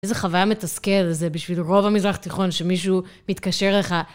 איזה חוויה מתסכלת זה בשביל רוב המזרח התיכון, שמישהו מתקשר לך.